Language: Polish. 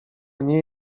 nie